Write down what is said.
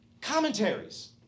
commentaries